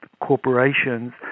corporations